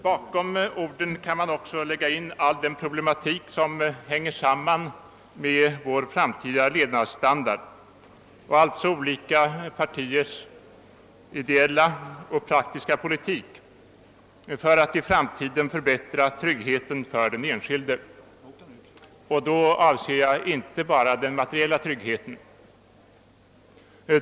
Bakom orden kan man också lägga in all den problematik som hänger samman med vår framtida levnadsstandard och alltså olika partiers ideella och praktiska politik för att i framtiden förbättra tryggheten för den enskilde. Då avser jag inte bara den materiella tryggheten.